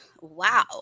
Wow